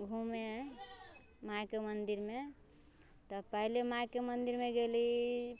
घुमे मायके मन्दिरमे तऽ पहिले मायके मन्दिरमे गेली